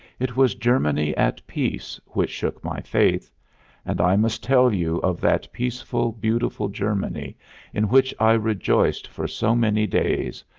it was germany at peace which shook my faith and i must tell you of that peaceful, beautiful germany in which i rejoiced for so many days,